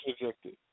rejected